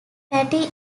patty